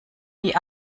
die